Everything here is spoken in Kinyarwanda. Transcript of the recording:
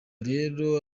rero